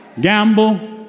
gamble